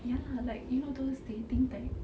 ya lah like you know those dating type